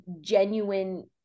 genuine